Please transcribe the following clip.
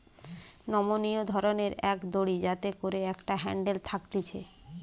নমনীয় ধরণের এক দড়ি যাতে করে একটা হ্যান্ডেল থাকতিছে